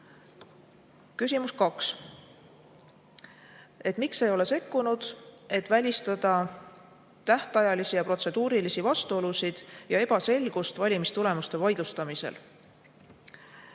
Küsimus nr 2: miks me ei ole sekkunud, et välistada tähtajalisi ja protseduurilisi vastuolusid ja ebaselgust valimistulemuste vaidlustamisel?